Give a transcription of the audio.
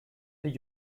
der